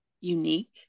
unique